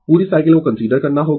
पूरी साइकिल को कंसीडर करना होगा